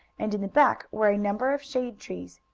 and in the back were a number of shade trees.